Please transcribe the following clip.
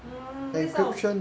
mm this kind of